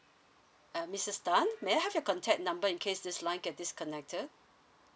uh missus tan may I have your contact number in case this line get disconnected